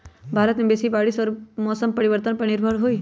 भारत में खेती बारिश और मौसम परिवर्तन पर निर्भर हई